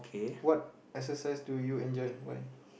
what exercise do you enjoy why